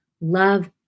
love